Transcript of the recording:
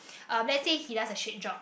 um let's say he does a shit job